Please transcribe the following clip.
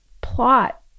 plot